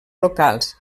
locals